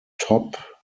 top